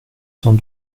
cent